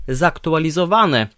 zaktualizowane